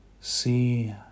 see